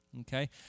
Okay